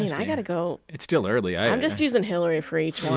mean, i got to go. it's still early i'm just using hillary for each one